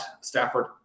Stafford